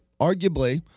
arguably